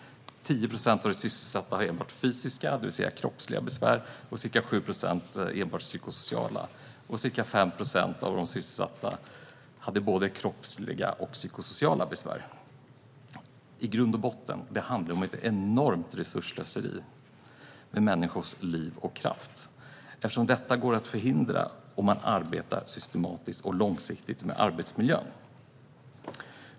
10 procent av de sysselsatta hade enbart fysiska, det vill säga kroppsliga, besvär. Ca 7 procent hade enbart psykosociala besvär, och ca 5 procent hade både kroppsliga och psykosociala besvär. I grund och botten handlar det om ett enormt resursslöseri med människors liv och kraft eftersom detta går att förhindra om man arbetar systematiskt och långsiktigt med arbetsmiljön.